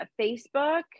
Facebook